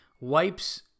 wipes